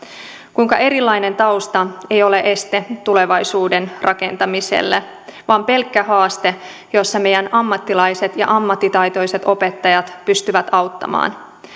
kuinka erilainen tausta ei ole este tulevaisuuden rakentamiselle vaan pelkkä haaste jossa meidän ammattilaiset ja ammattitaitoiset opettajat pystyvät auttamaan